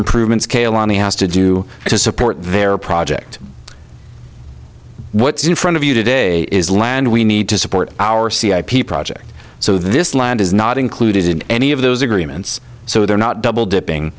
improvements kalen he has to do to support their project what's in front of you today is land we need to support our c i p project so this land is not included in any of those agreements so they're not double dipping